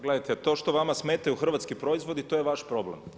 Gledajte, to što vama smetaju hrvatski proizvodi, to je vaš problem.